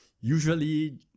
usually